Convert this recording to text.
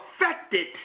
affected